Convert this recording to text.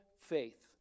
faith